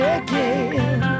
again